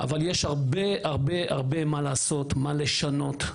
אבל יש הרבה הרבה מה לעשות, מה לשנות.